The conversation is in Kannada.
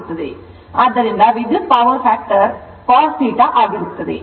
ಆದ್ದರಿಂದ ವಿದ್ಯುತ್ ಪವರ್ ಫ್ಯಾಕ್ಟರ್ cosθ ಆಗಿರುತ್ತದೆ